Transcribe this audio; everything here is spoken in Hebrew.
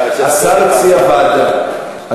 השר הציע ועדה.